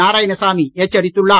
நாராயணசாமி எச்சரித்துள்ளார்